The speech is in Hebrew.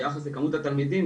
ביחס לכמות התלמידים,